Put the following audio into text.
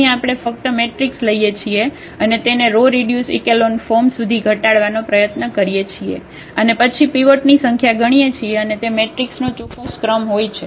અહીં આપણે ફક્ત મેટ્રિક્સ લઈએ છીએ અને તેને રો રીડ્યુસ ઇકેલોન ફોર્મ સુધી ઘટાડવાનો પ્રયત્ન કરીએ છીએ અને પછી પીવોટ ની સંખ્યા ગણીએ છીએ અને તે મેટ્રિક્સનો ચોક્કસ ક્રમ હોય છે